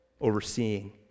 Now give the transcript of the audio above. overseeing